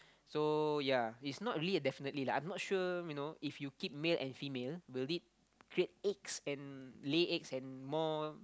so ya is not really a definitely like I'm not sure you know if you keep male and female will it create eggs and lay eggs and more